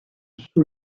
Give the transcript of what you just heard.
sous